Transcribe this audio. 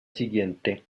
siguiente